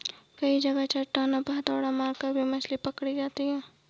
कई जगह चट्टानों पर हथौड़ा मारकर भी मछली पकड़ी जाती है